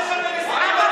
האנשים הטובים הציונים,